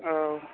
औ